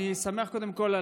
קודם כול,